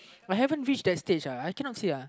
I haven't reached that stage uh I cannot say uh